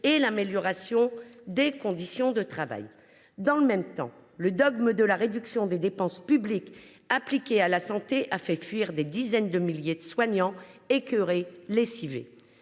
par l’amélioration des conditions de travail. Dans le même temps, le dogme de la réduction des dépenses publiques appliquée à la santé a fait fuir des dizaines de milliers de soignants, écœurés, lessivés.